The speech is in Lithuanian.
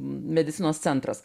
medicinos centras